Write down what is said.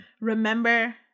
Remember